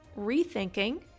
rethinking